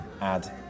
add